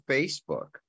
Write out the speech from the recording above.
Facebook